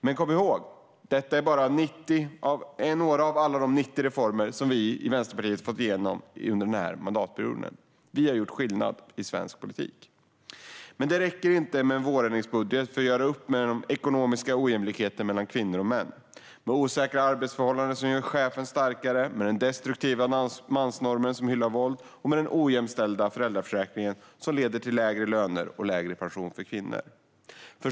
Men kom ihåg: Detta är bara några av alla 90 reformer som vi i Vänsterpartiet har fått igenom under mandatperioden. Vi har gjort skillnad i svensk politik. Det räcker dock inte med en vårändringsbudget för att göra upp med den ekonomiska ojämlikheten mellan kvinnor och män, med osäkra arbetsförhållanden som gör chefer starkare, med den destruktiva mansnorm som hyllar våld och med den ojämställda föräldraförsäkringen, som leder till lägre lön och lägre pension för kvinnor.